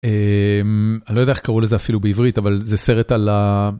אני לא יודע איך קראו לזה אפילו בעברית אבל זה סרט על ה...